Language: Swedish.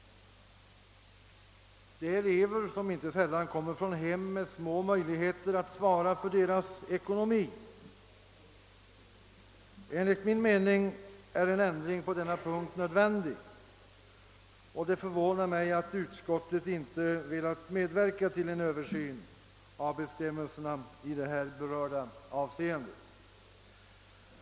Dessa elever kommer inte sällan från hem med små möjligheter att svara för deras ekonomi. Enligt min mening är en ändring på denna punkt nödvändig, och det förvånar mig att utskottet inte velat medverka till en översyn av bestämmelserna i här berörda avseende.